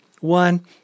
one